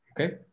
Okay